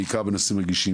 בעיקר בנושאים רגישים,